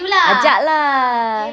ajak lah